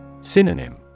Synonym